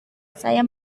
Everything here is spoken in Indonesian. saya